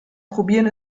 probieren